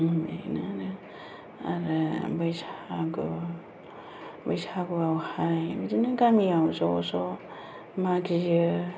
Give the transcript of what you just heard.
बेनो आरो आरो बैसागुआवहाय बिदिनो गामिआव ज' ज' मागियो